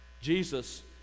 Jesus